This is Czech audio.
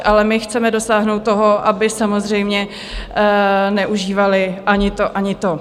Ale my chceme dosáhnout toho, aby samozřejmě neužívaly ani to, ani to.